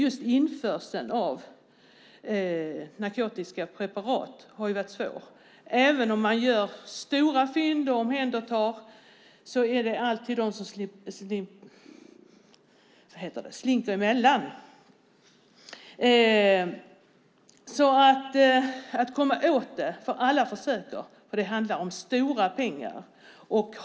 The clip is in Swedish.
Just införseln av narkotiska preparat har varit ett svårt problem. Även om man gör stora fynd och gör omhändertaganden är det alltid en del som slinker emellan. Det gäller att komma åt detta eftersom alla försöker. Det handlar om stora pengar.